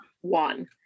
one